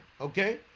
okay